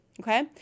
okay